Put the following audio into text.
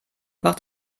macht